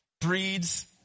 breeds